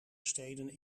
steden